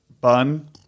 bun